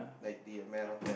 ninety M_L